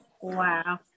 wow